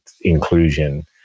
inclusion